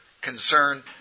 concern